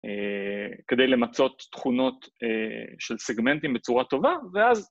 כדי למצות תכונות של סגמנטים בצורה טובה, ואז...